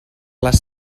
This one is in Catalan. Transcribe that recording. les